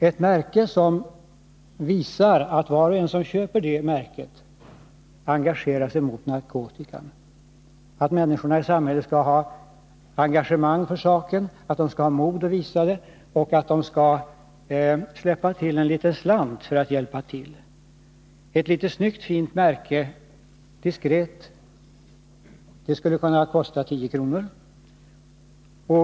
Ett märke — som visar att var och en som köper detta märke engagerar sig emot narkotikan — vore väl bra. Människorna måste känna engagemang för saken, ha mod att visa detta och släppa till en liten slant för att hjälpa. Ett sådant litet, snyggt och diskret märke skulle kunna kosta 10 kr.